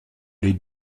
les